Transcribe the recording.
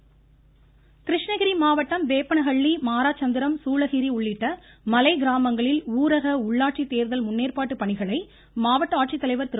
இருவரி கிருஷ்ணகிரி மாவட்டம் வேப்பனஹள்ளி மாரசந்திரம் சூளகிரி உள்ளிட்ட மலை கிராமங்களில் ஊரக உள்ளாட்சி தோதல் முன்னேற்பாட்டு பணிகளை மாவட்ட ஆட்சித்தலைவா் திரு